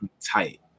tight